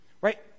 right